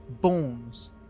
Bones